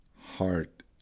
heart